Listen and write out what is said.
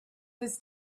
his